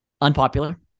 unpopular